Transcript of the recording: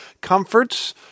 Comforts